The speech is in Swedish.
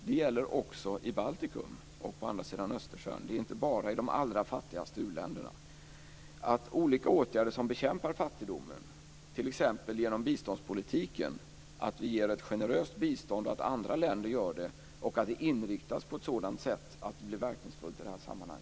Det gäller också i Baltikum, i länderna på andra sidan om Östersjön. Det gäller inte bara i de allra fattigaste u-länderna. Det handlar om olika åtgärder som bekämpar fattigdomen, t.ex. genom biståndspolitiken, att vi ger ett generöst bistånd, att andra länder gör det och att det inriktas på ett sådant att det blir verkningsfullt i detta sammanhang.